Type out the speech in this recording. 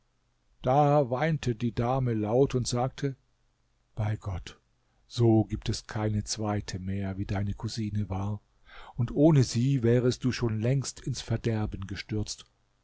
da weinte die dame laut und sagte bei gott so gibt es keine zweite mehr wie deine cousine war und ohne sie wärest du schon längst ins verderben gestürzt